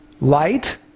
Light